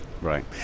Right